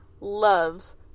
loves